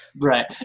Right